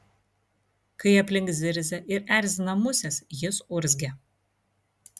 kai aplink zirzia ir erzina musės jis urzgia